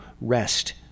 rest